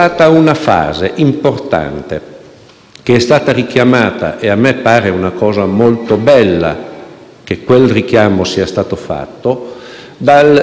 dal vice presidente Gasparri: c'è stata una fase nella quale la destra italiana, con la svolta di